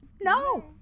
no